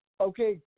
okay